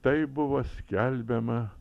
tai buvo skelbiama